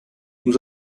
nous